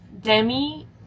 Demi